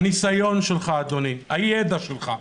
הניסיון שלך, אדוני, הידע שלך.